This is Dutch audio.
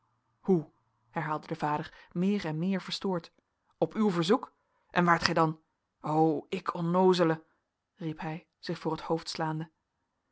hoe herhaalde de vader meer en meer verstoord op uw verzoek en waart gij dan o ik onnoozele riep hij zich voor het hoofd slaande